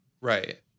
right